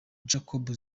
jacob